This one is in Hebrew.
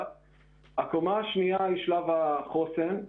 הקומה השנייה היא שלב החוסן,